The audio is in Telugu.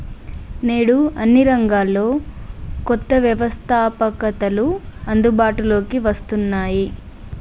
నేడు అన్ని రంగాల్లో కొత్త వ్యవస్తాపకతలు అందుబాటులోకి వస్తున్నాయి